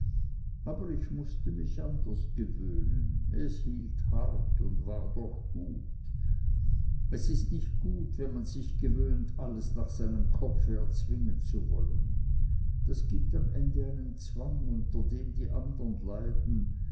aber ich mußte mich anders gewöhnen es hielt hart und war doch gut es ist nicht gut wenn man sich gewöhnt alles nach seinem kopfe erzwingen zu wollen das gibt am ende einen zwang unter dem die andern leiden